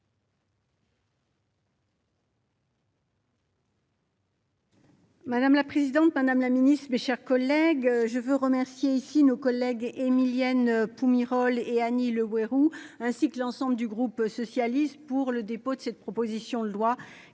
Madame la présidente Madame la Ministre, mes chers collègues, je veux remercier ici nos collègues Émilienne. Myrhol et Annie Le Houerou ainsi que l'ensemble du groupe socialiste pour le dépôt de cette proposition de loi qui vise à réduire